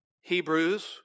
Hebrews